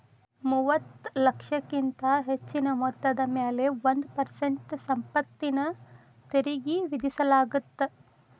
ಮೂವತ್ತ ಲಕ್ಷಕ್ಕಿಂತ ಹೆಚ್ಚಿನ ಮೊತ್ತದ ಮ್ಯಾಲೆ ಒಂದ್ ಪರ್ಸೆಂಟ್ ಸಂಪತ್ತಿನ ತೆರಿಗಿ ವಿಧಿಸಲಾಗತ್ತ